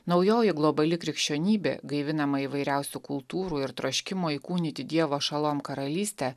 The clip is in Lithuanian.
naujoji globali krikščionybė gaivinama įvairiausių kultūrų ir troškimo įkūnyti dievo šalom karalystę